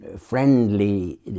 friendly